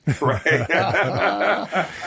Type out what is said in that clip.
Right